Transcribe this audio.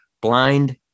blind